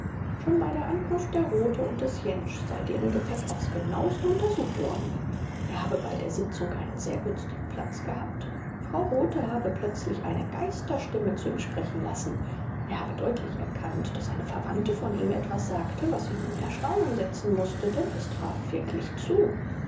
schon bei der ankunft der rothe und des jentsch sei deren gepäck aufs genaueste untersucht worden er habe bei der sitzung einen sehr günstigen platz gehabt frau rothe habe plötzlich eine geisterstimme zu ihm sprechen lassen er habe deutlich erkannt daß eine verwandte von ihm etwas sagte was ihn in erstaunen setzen mußte denn es traf wirklich zu